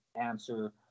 answer